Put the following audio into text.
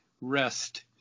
rest